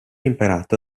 imparato